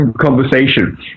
conversation